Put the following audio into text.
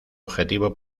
objetivo